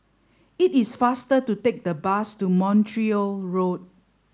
it is faster to take the bus to Montreal Road